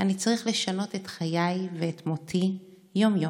/ אני צריך לשנות את חיי ואת מותי / יום-יום